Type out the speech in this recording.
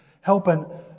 helping